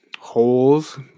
Holes